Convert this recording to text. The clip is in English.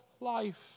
life